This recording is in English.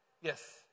Yes